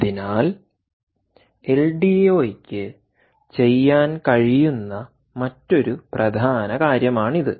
അതിനാൽ എൽഡിഒക്ക് ചെയ്യാൻ കഴിയുന്ന മറ്റൊരു പ്രധാന കാര്യമാണിത്